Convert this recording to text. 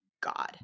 God